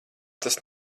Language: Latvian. tas